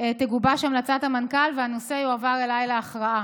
תגובש המלצת המנכ"ל והנושא יועבר אליי להכרעה.